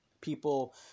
people